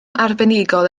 arbenigol